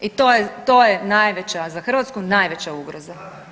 I to je najveća za Hrvatsku najveća ugroza.